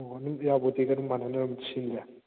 ꯑꯣ ꯑꯗꯨꯝ ꯏꯔꯥꯕꯣꯠ ꯗꯦꯒ ꯃꯥꯟꯅꯅ ꯑꯗꯨꯝ ꯁꯤꯜꯂꯦ